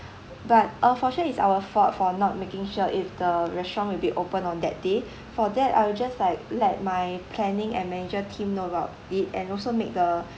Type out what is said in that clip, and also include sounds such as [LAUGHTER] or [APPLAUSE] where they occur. but uh for sure it's our fault for not making sure if the restaurant will be open on that day [BREATH] for that I'll just like let my planning and manager team know about it and also make the